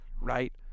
right